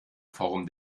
form